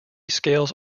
scales